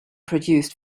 produced